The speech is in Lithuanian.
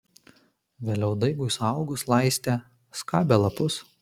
vėliau daigui suaugus laistė skabė lapus